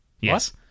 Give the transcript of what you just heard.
yes